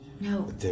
No